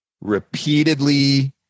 repeatedly